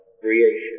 creation